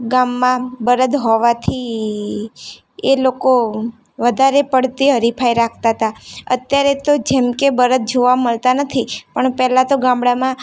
ગામમાં બળદ હોવાથી એ લોકો વધારે પડતી હરીફાઈ રાખતા હતા અત્યારે તો જેમ કે બળદ જોવા મળતા નથી પણ પહેલાં તો ગામડામાં